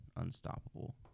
unstoppable